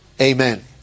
amen